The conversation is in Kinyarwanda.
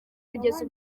kugeza